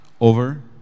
over